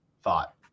thought